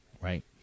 right